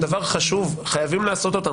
זה דבר חשוב וחייבים לעשות אותו.